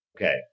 Okay